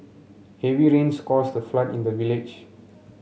heavy rains caused a flood in the village